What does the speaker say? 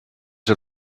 was